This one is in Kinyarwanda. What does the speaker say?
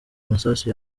masasu